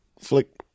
flick